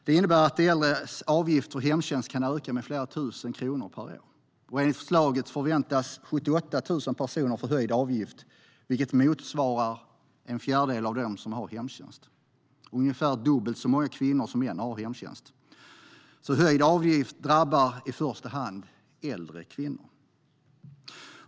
Det innebär att de äldres avgift för hemtjänst kan öka med flera tusen kronor per år. Enligt förslaget förväntas 78 000 personer få höjd avgift, vilket motsvarar en fjärdedel av dem som har hemtjänst. Ungefär dubbelt så många kvinnor som män har hemtjänst. Höjda avgifter drabbar alltså i första hand äldre kvinnor.